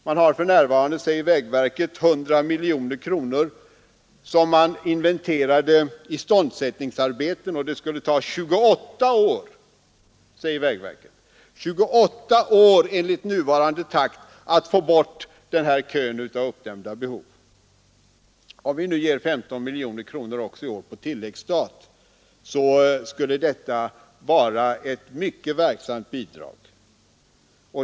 Man har för närvarande, säger vägverket, iståndsättningsarbeten som väntar och vilka uppgår till 100 miljoner kronor. I nuvarande takt skulle det ta 28 år att få bort detta uppdämda behov. Om vi nu ger 15 miljoner kronor på tilläggsstat också i år, skulle detta vara ett mycket verksamt bidrag.